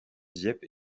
dieppe